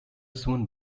soon